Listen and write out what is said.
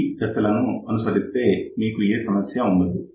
ఈ దశలను అనుసరిస్తే మీకు ఏ సమస్య ఉండదు